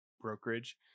brokerage